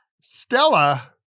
Stella